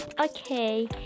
okay